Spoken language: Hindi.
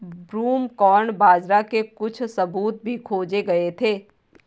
ब्रूमकॉर्न बाजरा के कुछ सबूत भी खोजे गए थे